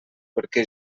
perquè